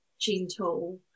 gentle